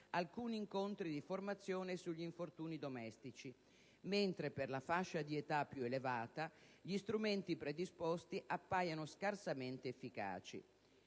alcuni incontri di formazione sugli infortuni domestici, mentre per la fascia di età più elevata gli strumenti predisposti appaiono scarsamente efficaci.